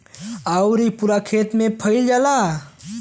आउर इ पूरा खेत मे फैल जाला